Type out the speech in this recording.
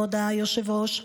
כבוד היושב-ראש,